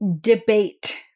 debate